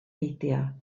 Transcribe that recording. beidio